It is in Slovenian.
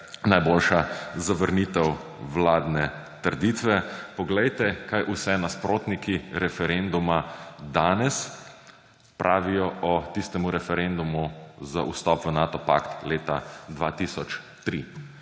najboljša zavrnitev vladne trditve: »Poglejte, kaj vse nasprotniki referenduma danes pravijo o tistem referendumu za vstop v Nato pakt leta 2003.«